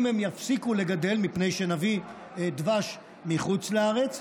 אם הם יפסיקו לגדל מפני שנביא דבש מחוץ לארץ,